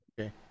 Okay